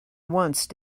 once